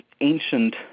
ancient